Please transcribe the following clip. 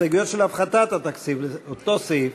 הסתייגויות של הפחתת התקציב לאותו סעיף,